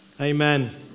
Amen